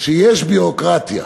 שיש ביורוקרטיה.